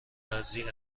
بعضی